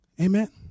Amen